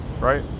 right